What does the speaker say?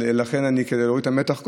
כדי להוריד את המתח,